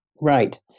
Right